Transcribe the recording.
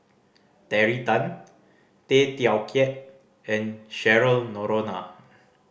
Terry Tan Tay Teow Kiat and Cheryl Noronha